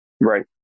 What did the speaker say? right